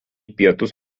pietus